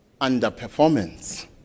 underperformance